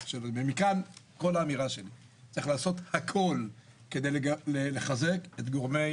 ומכאן כל האמירה שלי צריך לעשות הכול כדי לחזק את גורמי